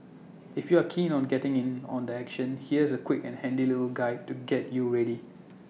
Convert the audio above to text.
if you're keen on getting in on the action here's A quick and handy little guide to get you ready